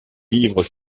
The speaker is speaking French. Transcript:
livres